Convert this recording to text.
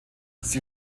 sie